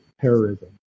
terrorism